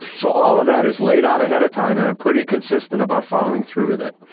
so all of that is laid out ahead of time and i'm pretty consistent about following through with it.